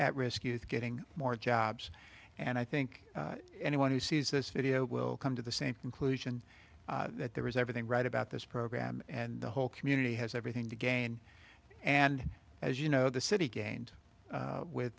at risk youth getting more jobs and i think anyone who sees this video will come to the same conclusion that there is everything right about this program and the whole community has everything to gain and as you know the city gained with